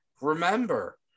Remember